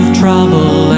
trouble